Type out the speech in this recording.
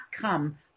come